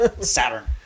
Saturn